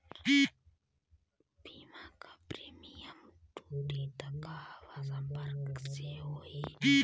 बीमा क प्रीमियम टूटी त कहवा सम्पर्क करें के होई?